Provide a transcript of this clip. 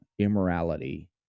immorality